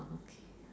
okay